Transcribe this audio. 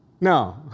No